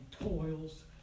toils